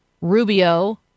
Rubio